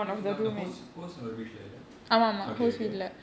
அந்தஅந்த:antha antha course course நமக்குஇல்லைல:namakku illaila okay okay